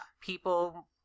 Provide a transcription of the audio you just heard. People